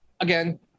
Again